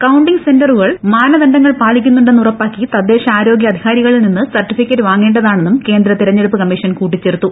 counting സെന്ററുകൾ മാനദണ്ഡങ്ങൾ പാലിക്കുന്നുണ്ടെന്ന് ഉറപ്പാക്കി തദ്ദേശ ആരോഗ്യ അധികാരികളിൽ നിന്ന് സർട്ടിഫിക്കറ്റ് വാങ്ങേണ്ടതാണെന്നും കേന്ദ്ര തെരഞ്ഞെടുപ്പ് കമ്മീഷൻ കൂട്ടിച്ചേർത്തു